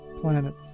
planets